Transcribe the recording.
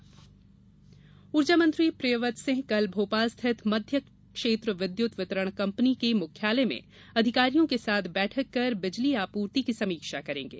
विद्युत समीक्षा ऊर्जा मंत्री प्रियव्रत सिंह कल भोपाल स्थित मध्य क्षेत्र विद्युत वितरण कंपनी के मुख्यालय में अधिकारियों के साथ बैठक कर बिजली आपूर्ति की समीक्षा करेंगे